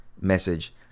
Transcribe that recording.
message